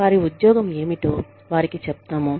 వారి ఉద్యోగం ఏమిటో వారికి చెప్తాము